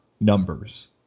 numbers